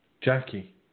Jackie